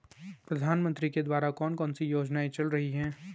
प्रधानमंत्री के द्वारा कौनसी योजनाएँ चल रही हैं?